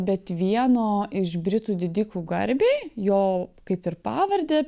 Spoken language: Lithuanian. bet vieno iš britų didikų garbei jo kaip ir pavardę